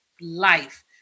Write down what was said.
life